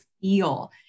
feel